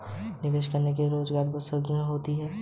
निवेश करने से रोजगार का सृजन और अर्थव्यवस्था का सुदृढ़ीकरण होता है